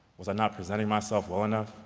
was i not presenting myself well enough?